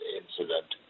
incident